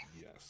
Yes